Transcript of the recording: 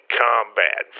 combat